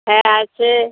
হ্যাঁ আছে